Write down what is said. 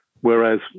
Whereas